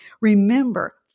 Remember